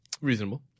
Reasonable